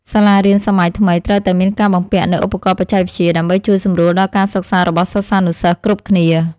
សាលារៀនសម័យថ្មីត្រូវតែមានការបំពាក់នូវឧបករណ៍បច្ចេកវិទ្យា ដើម្បីជួយសម្រួលដល់ការសិក្សារបស់សិស្សានុសិស្សគ្រប់គ្នា។